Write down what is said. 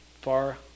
far